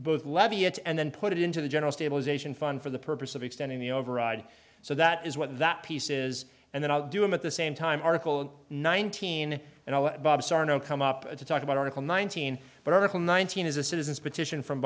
it and then put it into the general stabilization fund for the purpose of extending the override so that is what that piece is and then i'll do it at the same time article nineteen and i'll come up to talk about article nineteen but article nineteen is a citizens petition from